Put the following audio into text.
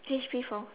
H_P four